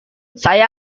saya